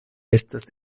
estas